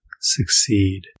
succeed